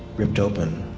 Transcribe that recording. ripped open.